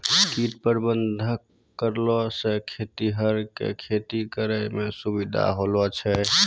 कीट प्रबंधक करलो से खेतीहर के खेती करै मे सुविधा होलो छै